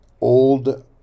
old